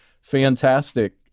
fantastic